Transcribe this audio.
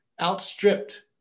outstripped